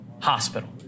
hospital